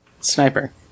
sniper